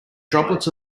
droplets